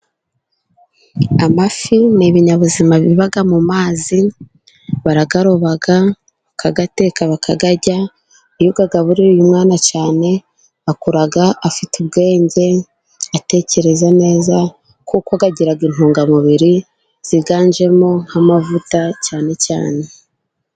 Amafi ni ibinyabuzima biba mu mazi, barayaroba, bakayateka, bakayarya, iyo uyagaburira umwana cyane, akuga afite ubwenge, atekereza neza, kuko agira intungamubiri ziganjemo nk'amavuta cyane cyane.